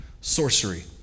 sorcery